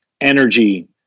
energy